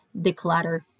declutter